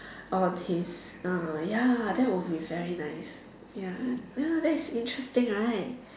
on his uh ya that would be very nice ya you know that is interesting right